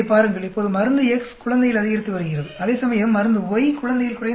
இப்போது மருந்து X குழந்தையில் அதிகரித்து வருகிறது அதேசமயம் மருந்து Y குழந்தையில் குறைந்து வருகிறது